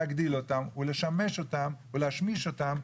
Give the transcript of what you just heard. להגדיל אותן ולהשמיש אותן,